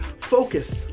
Focus